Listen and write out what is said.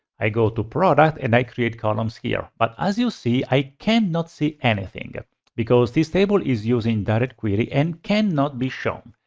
i go to product and i create columns here but as you see, i cannot see anything because this table is using directquery and cannot be shown.